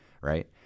right